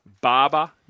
Barber